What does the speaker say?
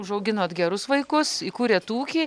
užauginot gerus vaikus įkūrėt ūkį